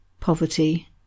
poverty